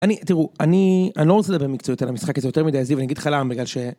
אני, תראו, אני, אני לא רוצה לדבר מקצועית על המשחק הזה יותר מדי, זיו, אני אגיד לך למה, בגלל ש...